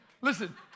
Listen